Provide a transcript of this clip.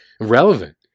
relevant